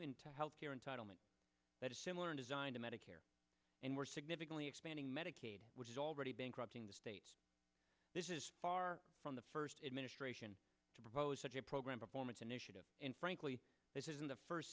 in health care entitlement that is similar in design to medicare and we're significantly expanding medicaid which is already bankrupting the states this is far from the first administration to propose such a program performance initiative and frankly this isn't the first